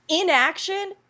inaction